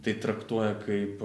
tai traktuoja kaip